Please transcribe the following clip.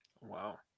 Wow